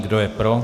Kdo je pro?